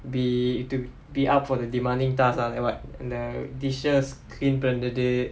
be to be up for the demanding task ah like what the dishes clean பண்றது:panrathu